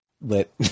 lit